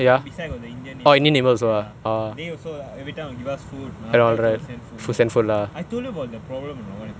then beside got the indian neighbour ya they also everytime will give us food my upstair also send food there I told you about the problem or not what happen